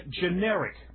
generic